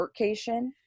workcation